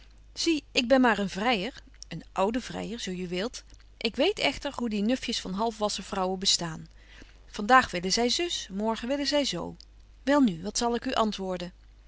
zie ik ben maar een vryer een oude vryer zo je wilt ik weet echter hoe die nufjes van halfwassen vrouwen bestaan van daag willen zy zus morgen willen zy z wel nu wat zal ik u antwoorden